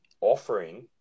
offering